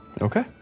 Okay